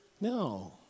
No